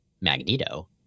Magneto